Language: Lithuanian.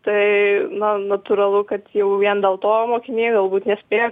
tai na natūralu kad jau vien dėl to mokiniai galbūt nespėja